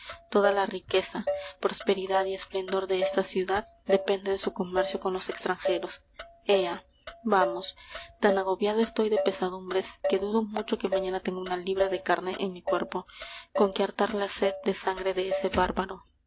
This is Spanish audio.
toda la riqueza prosperidad y esplendor de esta ciudad depende de su comercio con los extranjeros ea vamos tan agobiado estoy de pesadumbres que dudo mucho que mañana tenga una libra de carne en mi cuerpo con que hartar la sed de sangre de ese bárbaro